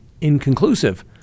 inconclusive